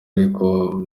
ariko